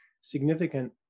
significant